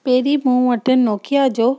पहिरीं मूं वटि नोकीआ जो